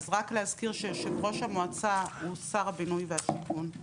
אז רק להזכיר שיושב-ראש המועצה הוא שר הבינוי והשיכון.